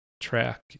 track